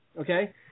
okay